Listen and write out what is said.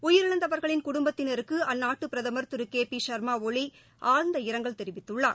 உயிரிழந்தவர்களின் குடும்பத்தினருக்கு அந்நாட்டு பிரதமர் திரு கே பி ஷர்மா ஒலி ஆழ்ந்த இரங்கல் தெரிவித்துள்ளார்